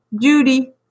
Judy